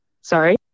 sorry